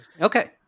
Okay